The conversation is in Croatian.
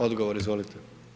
Odgovor izvolite.